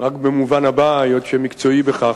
רק במובן הבא, היות שמקצועי בכך,